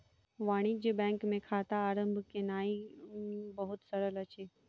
वाणिज्य बैंक मे खाता आरम्भ केनाई बहुत सरल अछि